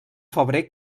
febrer